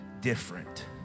different